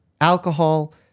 alcohol